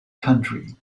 country